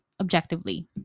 objectively